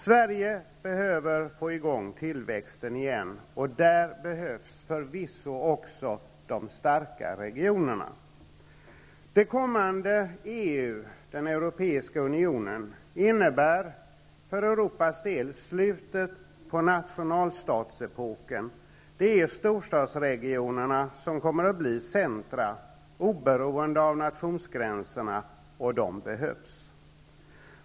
Sverige behöver få i gång tillväxten igen, och där behövs förvisso också de starka regionerna. Det kommande EU, den europeiska unionen, innebär för Europas del slutet på nationalstatsepoken. Det är storstadsregionerna som kommer att bli centra, oberoende av nationsgränserna, och de behövs.